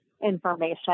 information